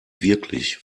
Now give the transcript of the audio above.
wirklich